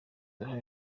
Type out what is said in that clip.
uruhare